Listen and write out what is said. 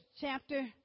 chapter